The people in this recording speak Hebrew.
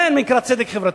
זה נקרא צדק חברתי.